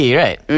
right